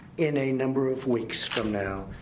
in a number of weeks from now.